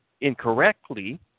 incorrectly